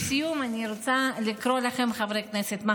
לסיום אני רוצה לקרוא לכם, חברי הכנסת,